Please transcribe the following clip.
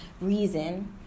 reason